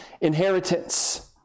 inheritance